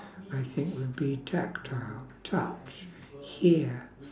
I think would be tactile touch hear